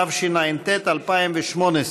התשע"ט 2018,